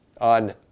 on